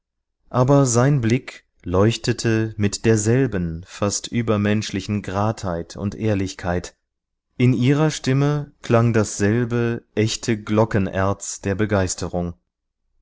aber sein blick leuchtete mit derselben fast übermenschlichen gradheit und ehrlichkeit in ihrer stimme klang dasselbe echte glockenerz der begeisterung